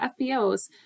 FBOs